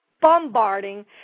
bombarding